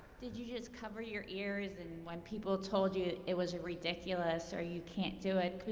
did you just cover your ears and when people told you it was ridiculous, or you can't do it.